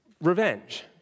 Revenge